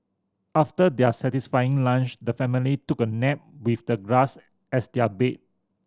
after their satisfying lunch the family took a nap with the grass as their bed